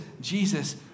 Jesus